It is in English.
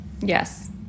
Yes